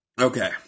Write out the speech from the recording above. Okay